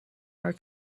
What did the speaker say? are